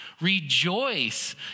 rejoice